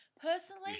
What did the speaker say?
Personally